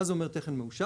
מה זה אומר תכן מאושר?